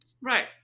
Right